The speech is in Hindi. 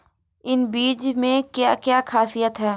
इन बीज में क्या क्या ख़ासियत है?